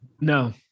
No